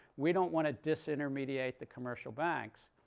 we don't want to dis-intermediate the commercial banks.